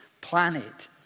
planet